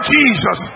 Jesus